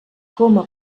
coma